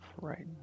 right